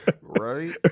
Right